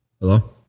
Hello